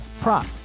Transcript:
prop